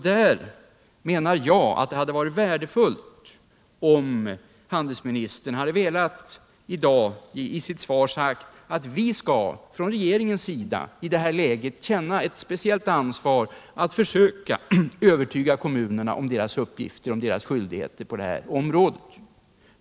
Det hade därför varit värdefullt om handelsministern i dag hade sagt i sitt svar: Vi skall från regeringens sida i det här läget känna ett speciellt ansvar för att försöka övertyga kommunerna om deras uppgifter och skyldigheter på detta område.